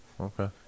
Okay